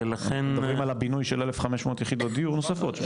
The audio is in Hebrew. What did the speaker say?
ולכן --- אנחנו מדברים על הבינוי של 1,500 יחידות דיור נוספות.